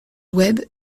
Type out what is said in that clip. web